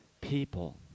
people